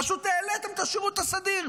פשוט העליתם את השירות הסדיר.